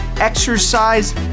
exercise